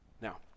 Now